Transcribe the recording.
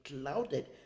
clouded